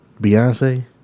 beyonce